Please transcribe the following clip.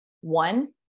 One